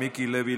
מיקי לוי,